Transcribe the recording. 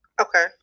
Okay